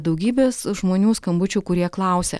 daugybės žmonių skambučių kurie klausia